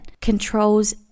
controls